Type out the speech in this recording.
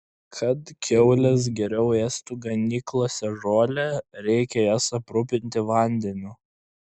kad kiaulės geriau ėstų ganyklose žolę reikia jas aprūpinti vandeniu